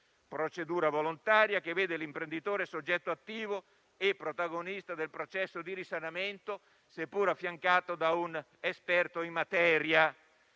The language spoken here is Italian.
procedura volontaria che vede l'imprenditore soggetto attivo e protagonista del processo di risanamento, seppur affiancato da un esperto in materia.